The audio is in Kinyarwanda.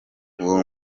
uwo